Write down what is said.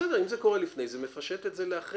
בסדר, אם זה קורה לפני זה מפשט את זה לאחרי.